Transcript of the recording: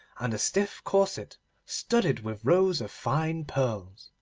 and the stiff corset studded with rows of fine pearls.